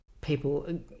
people